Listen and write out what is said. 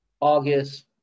August